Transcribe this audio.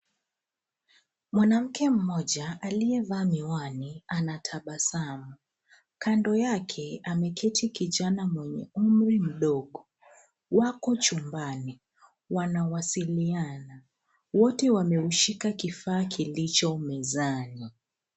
Mwanamke mmoja aliyevaa miwani anatabasamu. Kando yake ameketi kijana mwenye umri mdogo. Wako chumbani, wanawasiliana. Wote wameshika kifaa kilicho mezani.